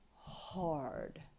hard